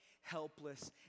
helpless